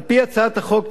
על-פי הצעת החוק,